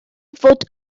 fod